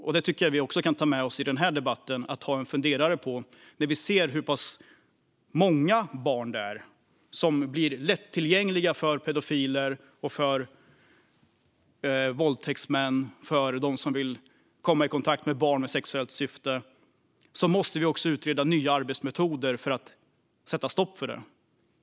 Jag tycker att vi kan ta med oss den frågan i den här debatten och ta en funderare på den. Vi ser hur många barn det är som blir lättillgängliga för pedofiler, för våldtäktsmän, för dem som vill komma i kontakt med barn för sexuellt syfte. Vi måste utreda nya arbetsmetoder för att sätta stopp för det.